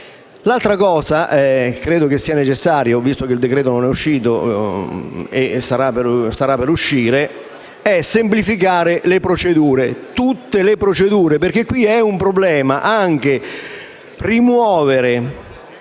L'altra cosa che credo sia necessaria - ho visto che il decreto non è uscito e penso che stia per uscire - è semplificare le procedure, tutte le procedure, perché è un problema anche rimuovere